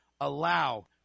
allow